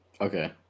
Okay